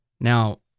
Now